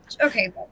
okay